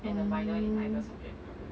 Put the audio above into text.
oo